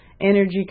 energy